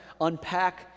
unpack